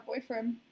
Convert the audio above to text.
boyfriend